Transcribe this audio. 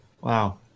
wow